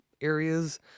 areas